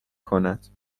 کند